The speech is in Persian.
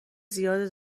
زیاده